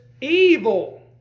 evil